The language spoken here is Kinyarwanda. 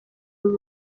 ubu